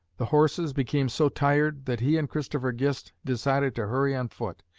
the horses became so tired that he and christopher gist decided to hurry on foot,